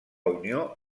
unió